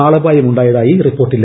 ആളപായമുണ്ടായതായി റിപ്പോർട്ടില്ല